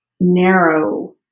narrow